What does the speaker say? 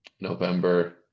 november